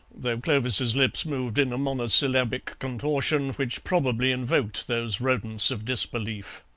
though clovis's lips moved in a monosyllabic contortion which probably invoked those rodents of disbelief.